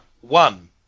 one